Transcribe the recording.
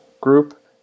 group